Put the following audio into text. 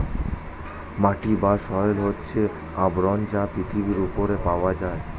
মাটি বা সয়েল হচ্ছে আবরণ যা পৃথিবীর উপরে পাওয়া যায়